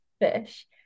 Fish